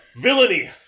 Villainy